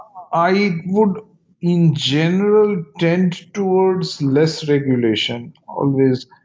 i would in general, tend towards less regulation always.